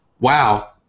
wow